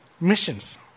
missions